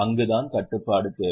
அங்குதான் கட்டுப்பாடு தேவை